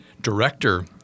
Director